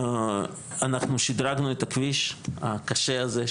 אנחנו שידרגנו את הכביש הקשה הזה,